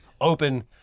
open